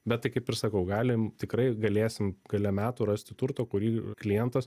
bet tai kaip ir sakau galim tikrai galėsim gale metų rasti turto kurį klientas